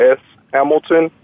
shamilton